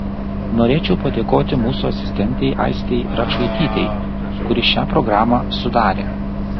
norėčiau padėkoti mūsų asistentei aistei račaitytei kuri šią programą sudarė